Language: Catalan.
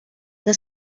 que